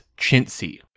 chintzy